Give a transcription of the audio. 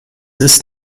ist